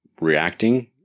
reacting